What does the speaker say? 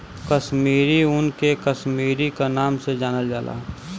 कसमीरी ऊन के कसमीरी क नाम से जानल जाला